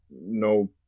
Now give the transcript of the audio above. no